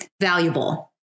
valuable